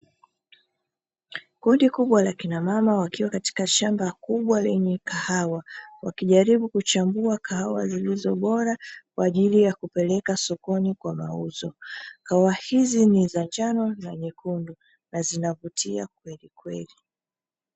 Kundi kubwa la kinamama wakiwa katika shamba kubwa lenye kahawa, wakijaribu kuchambua kahawa zilizo bora kwa ajili ya kupeleka sokoni kwa mauzo. Kahawa hizi ni za njano na nyekundu na zinavutia kwelikweli.